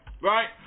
right